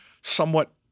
somewhat